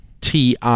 TI